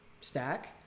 stack